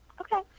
Okay